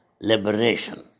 liberation